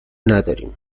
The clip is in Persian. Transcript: نداریم